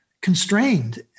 constrained